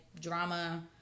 drama